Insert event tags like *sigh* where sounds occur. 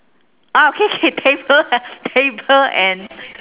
ah okay K *laughs* table ah *laughs* table and *laughs*